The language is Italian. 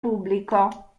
pubblico